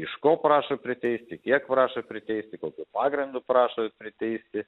iš ko prašo priteisti kiek prašo priteisti kokiu pagrindu prašo priteisti